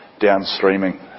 downstreaming